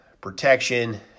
protection